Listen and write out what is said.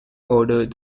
ordered